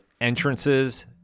entrances